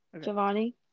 Giovanni